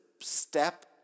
step